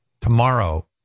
Tomorrow